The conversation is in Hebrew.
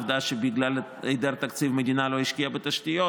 העובדה שבגלל היעדר תקציב המדינה לא השקיעה בתשתיות,